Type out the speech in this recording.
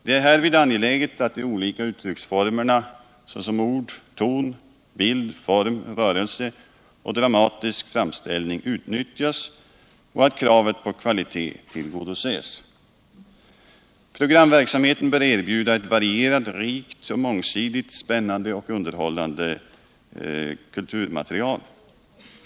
Det är härvid angeläget att de olika uttrycksformerna, såsom ord, ton, bild, form, rörelse och dramatisk framställning, utnyttjas och att kravet på kvalitet tillgodoses. Programverksamheten bör erbjuda ett varierat, rikt, mångsidigt, spännande och underhållande kulturmaterial.